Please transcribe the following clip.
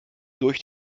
durch